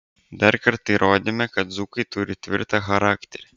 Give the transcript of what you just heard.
dar kartą įrodėme kad dzūkai turi tvirtą charakterį